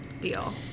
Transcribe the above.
deal